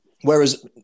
Whereas